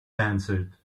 answered